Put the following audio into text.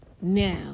Now